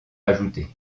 ajoutée